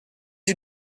you